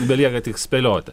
belieka tik spėlioti